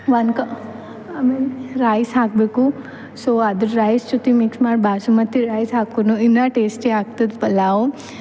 one ಕ ಆಮೇಲೆ rice ಹಾಕಬೇಕು ಸೊ ಅದ್ರ ರೈಸ್ ಜೊತೆ ಮಿಕ್ಸ್ ಮಾಡಿ ಬಾಸುಮತಿ ರೈಸ್ ಹಾಕಿನು ಇನ್ನು ಟೇಸ್ಟಿ ಆಗ್ತದೆ ಪಲಾವ್